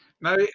Now